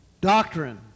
Doctrine